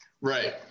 Right